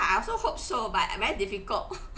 I also hope so but very difficult